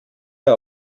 der